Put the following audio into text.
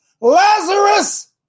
Lazarus